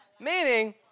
Meaning